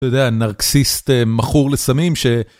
אתה יודע, נרקסיסט מכור לסמים ש...